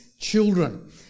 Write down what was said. children